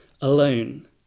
alone